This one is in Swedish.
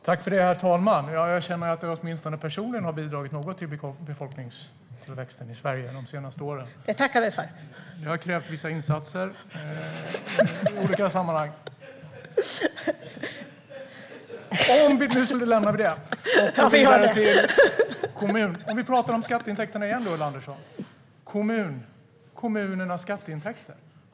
Herr talman! Jag har åtminstone personligen bidragit något till befolkningstillväxten i Sverige de senaste åren. : Det tackar vi för!) Det har krävt vissa insatser i olika sammanhang. Nu lämnar vi detta. Låt oss tala om kommunernas skatteintäkter igen.